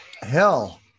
hell